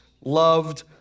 loved